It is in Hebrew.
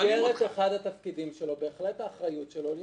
במסגרת התפקידים שלו האחריות שלו היא בהחלט